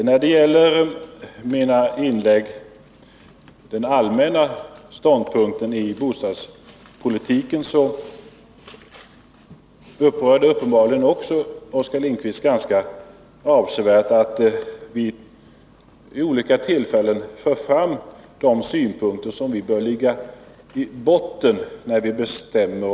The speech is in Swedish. När det gäller min allmänna ståndpunkt i bostadspolitiken berör det uppenbarligen också Oskar Lindkvist mycket illa att vi vid olika tillfällen för fram de synpunkter som vi anser bör ligga i botten när vi formar vår politik.